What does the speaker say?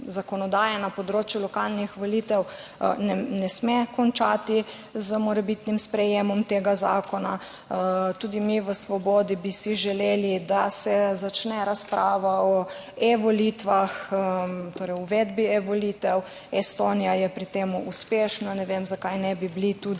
na področju lokalnih volitev ne sme končati z morebitnim sprejetjem tega zakona. Tudi mi v Svobodi bi si želeli, da se začne razprava o e-volitvah, torej o uvedbi e-volitev. Estonija je pri tem uspešna, ne vem, zakaj ne bi bili tudi